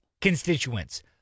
constituents